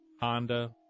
Honda